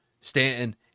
Stanton